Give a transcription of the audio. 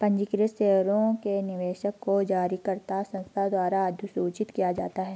पंजीकृत शेयरों के निवेशक को जारीकर्ता संस्था द्वारा अधिसूचित किया जाता है